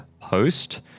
post